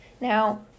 Now